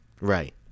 Right